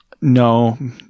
no